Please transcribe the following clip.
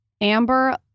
Amber